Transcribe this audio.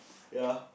ya